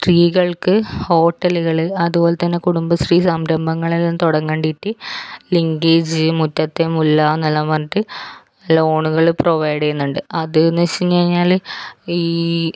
സ്ത്രീകൾക്ക് ഹോട്ടലുകൾ അതുപോലെ തന്നെ കുടുംബശ്രീ സംരംഭങ്ങളെല്ലാം തുടങ്ങിട്ടുണ്ട് ലിങ്കേജ് മുറ്റത്തെ മുല്ല എന്നെല്ലാം പറഞ്ഞിട്ട് ലോണുകൾ പ്രൊവൈഡ് ചെയ്യുന്നുണ്ട് അത് എന്ന് വെച്ച് കഴിഞ്ഞാൽ ഈ